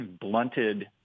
blunted